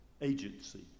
agency